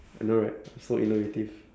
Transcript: I know right so innovative